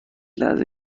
لحظه